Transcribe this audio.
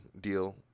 deal